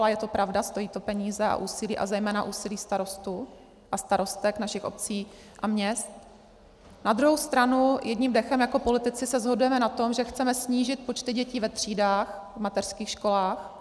A je to pravda, stojí to peníze a úsilí, a zejména úsilí starostů a starostek našich obcí a měst, na druhou stranu jedním dechem jako politici se shodujeme na tom, že chceme snížit počty dětí ve třídách v mateřských školách.